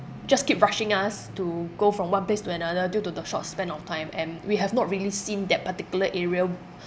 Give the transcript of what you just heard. just keep rushing us to go from one place to another due to the short span of time and we have not really seen that particular area